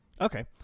Okay